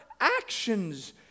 actions